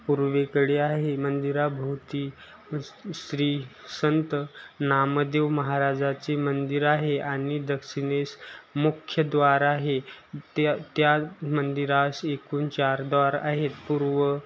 पूर्वेकडे आहे मंदिराभोवती श्री संत नामदेव महाराजाचे मंदिर आहे आणि दक्षिणेस मुख्यद्वार आहे त्या त्या मंदिरास एकूण चार द्वार आहेत पूर्व